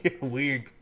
weird